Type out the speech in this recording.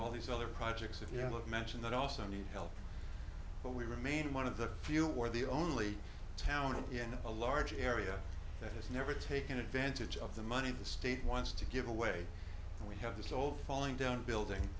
all these other projects if you look mentioned that also need help but we remain one of the few where the only town in a large area that has never taken advantage of the money the state wants to give away and we have this old falling down building